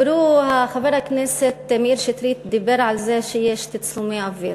חבר הכנסת מאיר שטרית כבר דיבר על זה שיש תצלומי אוויר.